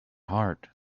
heart